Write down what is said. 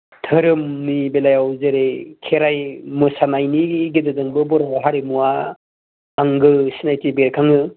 धोरोमनि बेलायाव जेरै खेराइ मोसानायनि गेजेरजोंबो बर' हारिमुवा आंगो सिनायथि बेरखाङो